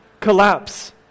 collapse